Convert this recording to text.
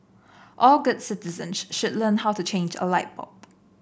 all good citizen learn how to change a light bulb